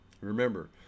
remember